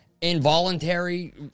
involuntary